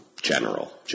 general